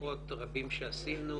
בדוחות רבים שעשינו.